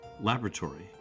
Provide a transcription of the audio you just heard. laboratory